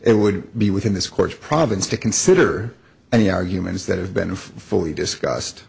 it would be within this court's province to consider any arguments that have been fully discussed